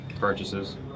purchases